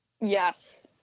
yes